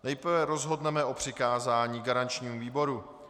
Nejprve rozhodneme o přikázání garančnímu výboru.